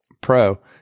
Pro